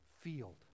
field